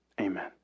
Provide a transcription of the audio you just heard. amen